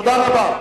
תודה רבה.